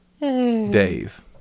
Dave